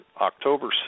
October